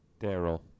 Daryl